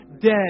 dead